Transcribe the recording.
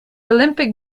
olympic